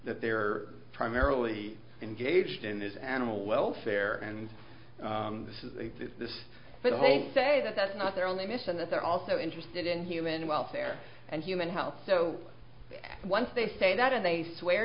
that they're primarily engaged in is animal welfare and this is this but i hate to say that that's not their only this and that they're also interested in human welfare and human health so once they say that and they swear